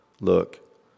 Look